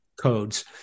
codes